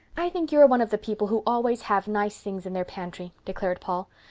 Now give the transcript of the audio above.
i think you are one of the people who always have nice things in their pantry, declared paul.